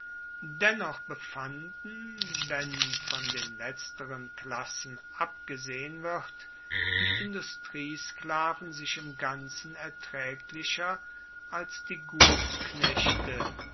dennoch befanden wenn von den letzten klassen abgesehen wird die industriesklaven sich im ganzen ertraeglicher als die